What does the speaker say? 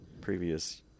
Previous